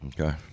Okay